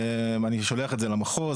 אני שולח את זה למחוז.